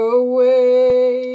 away